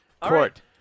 Court